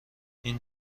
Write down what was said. این